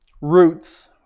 roots